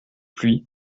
pluie